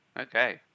okay